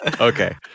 Okay